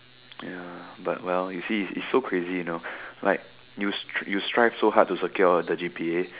ya but well you see it's it's so crazy you know like you strive so hard to secure the G_P_A